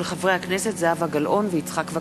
הצעתם של חברי הכנסת זהבה גלאון ויצחק וקנין.